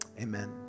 Amen